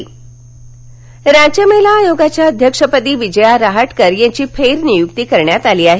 विजया रहाटकर राज्य महिला आयोगाच्या अध्यक्षपदी विजया रहाटकर यांची फेरनियुक्ती करण्यात आली आहे